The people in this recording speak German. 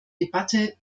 debatte